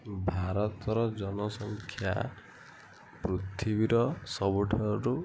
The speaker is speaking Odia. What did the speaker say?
ଭାରତର ଜନସଂଖ୍ୟା ପୃଥିବୀର ସବୁଠାରୁ